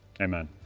amen